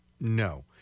No